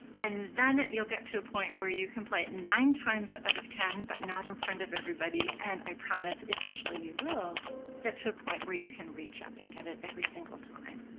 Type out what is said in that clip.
and then you'll get to a point where you can play it nine times out of ten, but not in front of everybody. and i promise eventually you will get to a point where you can reach up and get it every single time.